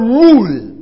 rule